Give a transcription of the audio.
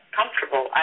comfortable